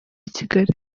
kigali